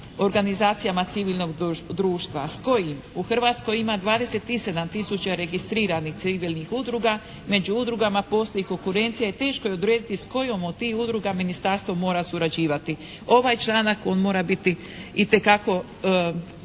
organizacijama civilnog društva." S kojim? U Hrvatskoj ima 27 tisuća registriranih civilnih udruga. Među udrugama …/Govornik se ne razumije./… konvencija teško je odrediti s kojom od tih udruga ministarstvo mora surađivati. Ovaj članak, on mora biti itekako